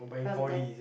from there